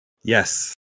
Yes